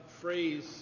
phrase